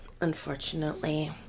unfortunately